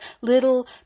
little